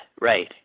right